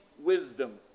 wisdom